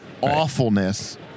awfulness